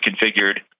configured